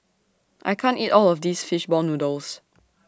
I can't eat All of This Fish Ball Noodles